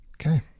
Okay